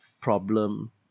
problem